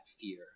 fear